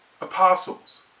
apostles